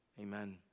Amen